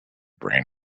brain